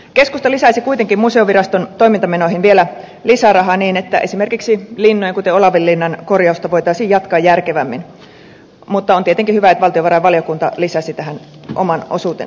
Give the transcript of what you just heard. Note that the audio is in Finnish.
keskusta lisäisi kuitenkin museoviraston toimintamenoihin vielä lisärahaa niin että esimerkiksi linnojen kuten olavinlinnan korjausta voitaisiin jatkaa järkevämmin mutta on tietenkin hyvä että valtiovarainvaliokunta lisäsi tähän oman osuutensa